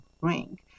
bring